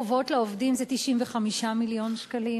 החובות לעובדים זה 95 מיליון שקלים.